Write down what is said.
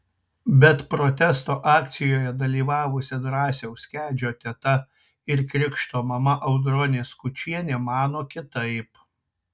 bet protesto akcijoje dalyvavusi drąsiaus kedžio teta ir krikšto mama audronė skučienė mano kitaip